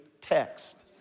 text